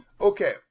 Okay